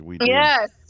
Yes